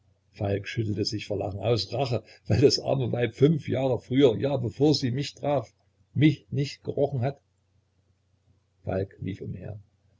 schüttelte sich vor lachen aus rache weil das arme weib fünf jahre früher ja bevor sie mich traf mich nicht gerochen hat falk lief umher